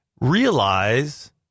realize